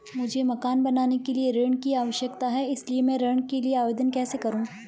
मुझे मकान बनाने के लिए ऋण की आवश्यकता है इसलिए मैं ऋण के लिए आवेदन कैसे करूं?